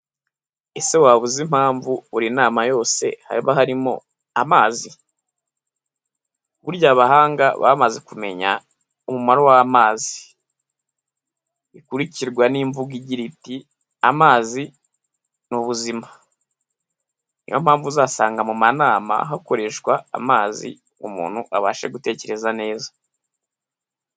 Ese waba uzi impamvu buri nama yose haba harimo amazi? burya abahanga bamaze kumenya umumaro w'amazi. Bikurikirwa n'imvugo igira iti "Amazi ni ubuzima". Niyo mpamvu uzasanga mumanama hakoreshwa amazi umuntu abashe gutekereza neza.